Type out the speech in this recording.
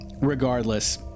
regardless